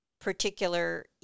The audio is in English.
Particular